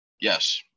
Yes